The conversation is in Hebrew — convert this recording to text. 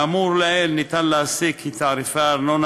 מהאמור לעיל ניתן להסיק כי תעריפי הארנונה